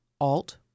Alt